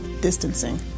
distancing